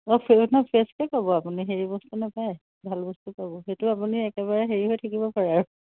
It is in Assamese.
অঁ পুৰণা পিঁয়াজটোৱে পাব আপুনি হেৰি বস্তু নাপায় ভাল বস্তু পাব সেইটো আপুনি একেবাৰে হেৰি হৈ থাকিব পাৰে আৰু